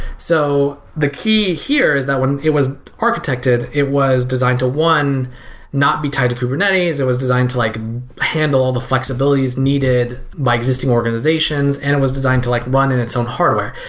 so the key here is that when it was architected it was designed to one not be tied to kubernetes. it was designed to like handle all the flexibilities needed by existing organizations and it was designed to like run in its own hardware.